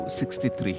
63